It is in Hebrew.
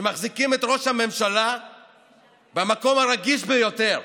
שמחזיקים את ראש הממשלה במקום הרגיש ביותר,